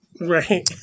Right